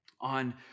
on